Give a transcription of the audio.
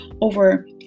over